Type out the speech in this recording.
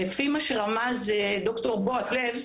לפי מה שרמז ד"ר בועז לב,